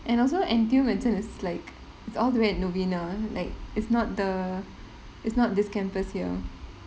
and also N_T_U medicine it's all the way at novena like it's not the it's not this campus here